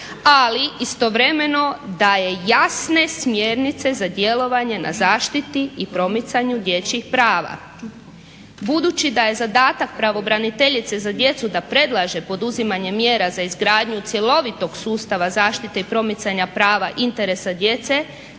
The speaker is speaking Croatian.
ali istovremeno daje jasne smjernice za djelovanje na zaštiti i promicanju dječjih prava. Budući da je zadatak pravobraniteljice za djecu da predlaže poduzimanje mjera za izgradnju cjelovitog sustava zaštite i promicanja prava interesa djece